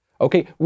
Okay